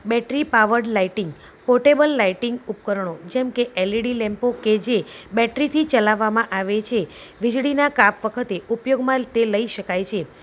battery power lighting portable lighting ઉપકરણો જેમકે LED લેમ્પો કે જે બેટરીથી ચલાવવામાં આવે છે વીજળીના કાપ વખતે ઉપયોગમાં તે લઈ શકાય છે